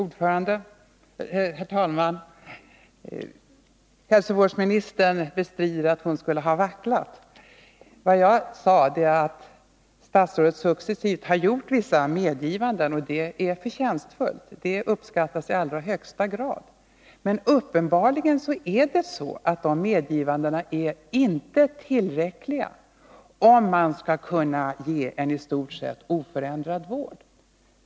Herr talman! Hälsovårdsministern bestrider att hon vacklat. Vad jag sade var att statsrådet successivt har gjort vissa medgivanden — och det är förtjänstfullt, det uppskattas i allra högsta grad. Men uppenbarligen är det så att de medgivandena inte är tillräckliga om man skall kunna ge en i stort sett oförändrad vård.